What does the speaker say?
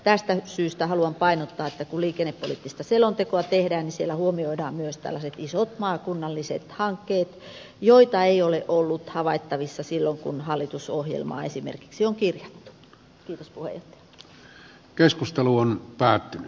tästä syystä haluan painottaa että kun liikennepoliittista selontekoa tehdään siellä huomioidaan myös tällaiset isot maakunnalliset hankkeet joita ei ole ollut havaittavissa silloin kun hallitusohjelmaa esimerkiksi on kirjoitettu